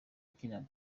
akina